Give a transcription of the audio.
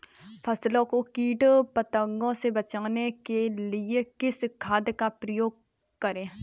फसलों को कीट पतंगों से बचाने के लिए किस खाद का प्रयोग करें?